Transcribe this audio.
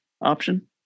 option